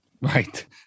Right